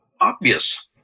obvious